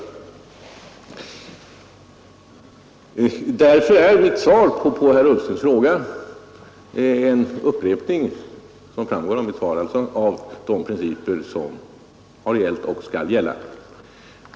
Därför är mitt svar på herr Ullstens fråga — det framgår ju av svaret som lämnades — en upprepning och en bekräftelse av de principer som har gällt och skall gälla.